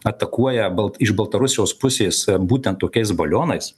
atakuoja balt iš baltarusijos pusės būtent tokiais balionais